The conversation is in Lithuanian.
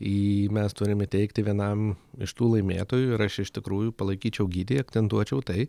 į mes turime teikti vienam iš tų laimėtojų ir aš iš tikrųjų palaikyčiau gytį ir akcentuočiau tai